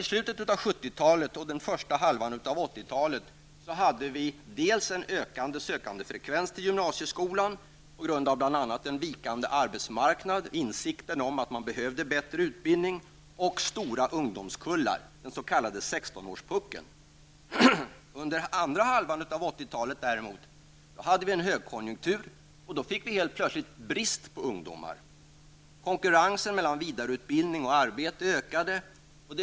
I slutet av 70-talet och under den första hälften av 80-talet var det ju ett ökande antal sökande till gymnasieskolan på grund av bl.a. en vikande arbetsmarknad, insikten om att det behövdes en bättre utbildning samt det faktum att det var stora ungdomskullar just då -- den s.k. 16-årspuckeln. Under den andra hälften av 80-talet däremot var det högkonjunktur. Då blev det helt plötsligt brist på ungdomar. Konkurrensen mellan vidareutbildning och arbete ökade.